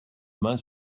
main